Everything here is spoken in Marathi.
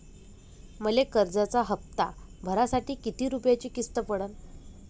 मले कर्जाचा हप्ता भरासाठी किती रूपयाची किस्त पडन?